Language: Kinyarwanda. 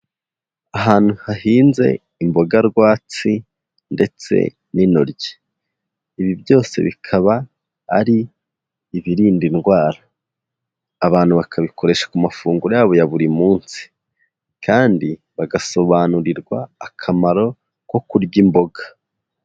Ahantu hahinze imboga rwatsi ndetse n'intoryi. Ibi byose bikaba ari ibirinda indwara abantu bakabikoresha ku mafunguro yabo ya buri munsi kandi bagasobanurirwa akamaro ko kurya imboga.